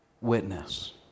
witness